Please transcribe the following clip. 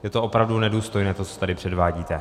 Je to opravdu nedůstojné, to, co tady předvádíte.